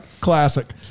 Classic